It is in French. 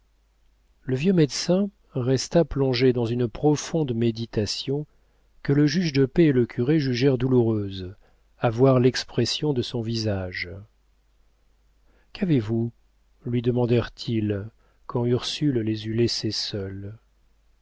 le vieux médecin resta plongé dans une profonde méditation que le juge de paix et le curé jugèrent douloureuse à voir l'expression de son visage qu'avez-vous lui demandèrent ils quand ursule les eut laissés seuls